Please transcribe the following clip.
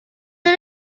una